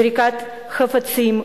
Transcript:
זריקת חפצים,